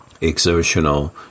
exertional